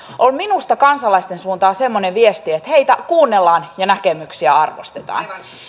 on kansalaisten suuntaan semmoinen viesti että heitä kuunnellaan ja näkemyksiä arvostetaan